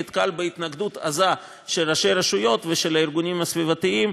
נתקל בהתנגדות עזה של ראשי רשויות ושל הארגונים הסביבתיים,